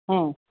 हां